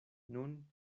nun